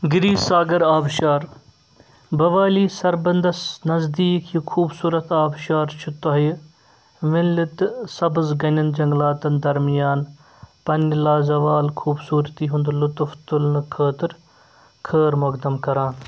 گِری ساگر آبٕشار بھوالی سربندس نزدیٖک یہِ خوٗبصوٗرت آبٕشار چھُ تۄہہِ وٕنٛلہِ تہٕ سَبٕز گَنیٚن جنٛگلاتن درمِیان پنٕنہِ لازَوال خوٗبصوٗرتی ہُنٛد لُطُف تُلنہٕ خٲطرٕ خٲر مو٘قدم کَران